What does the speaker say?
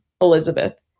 Elizabeth